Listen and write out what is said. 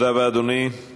אנחנו נתקדם הלאה אכן